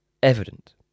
evident